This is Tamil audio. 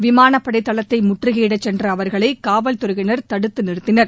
விமானப்படை தளத்தை முற்றுகையிடச் சென்ற அவர்களை காவல்துறையினர் தடுத்து நிறுத்தினர்